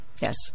Yes